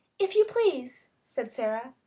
if you please, said sara,